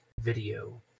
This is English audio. video